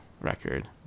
record